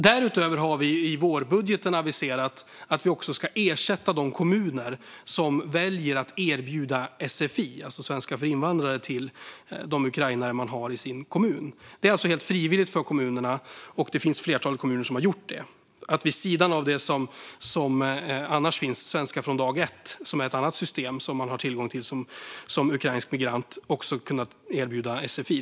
Därutöver har vi i vårbudgeten aviserat att vi ska ersätta de kommuner som väljer att erbjuda sfi, svenska för invandrare, till de ukrainare man har i sin kommun. Detta är helt frivilligt för kommunerna, och ett flertal kommuner har gjort det. Vid sidan av det som annars finns - Svenska från dag ett, som är ett annat system som ukrainska migranter har tillgång till - kan man alltså erbjuda sfi.